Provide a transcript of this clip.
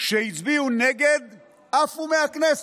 שהצביעו נגד עפו מהכנסת: